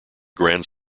grand